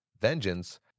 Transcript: vengeance